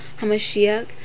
Hamashiach